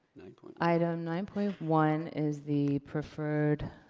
item nine point one is the preferred,